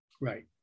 right